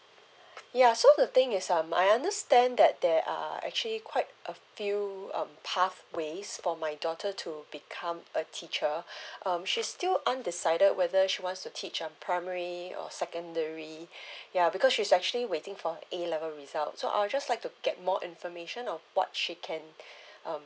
ya so the thing is um I understand that there are actually quite a few um pathways for my daughter to become a teacher um she's still undecided whether she wants to teach um primary or secondary ya because she's actually waiting for her A level result so I'd just like to get more information on what she can um